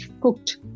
cooked